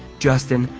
justin,